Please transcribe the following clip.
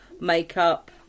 makeup